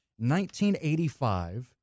1985